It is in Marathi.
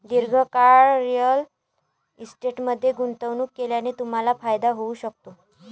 दीर्घकाळ रिअल इस्टेटमध्ये गुंतवणूक केल्याने तुम्हाला फायदा होऊ शकतो